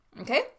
Okay